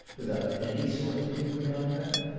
without any sort of human contact?